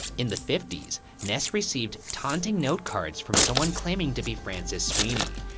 in the fifty s ness received taunting note cards from someone claiming to be francis sweeney.